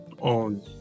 on